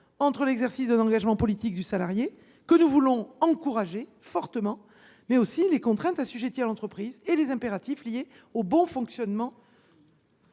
entre l’exercice d’un engagement politique du salarié, que nous voulons encourager fortement, les contraintes assujetties à l’entreprise et les impératifs liés au bon fonctionnement